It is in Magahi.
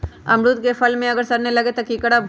अमरुद क फल म अगर सरने लगे तब की करब?